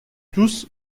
tous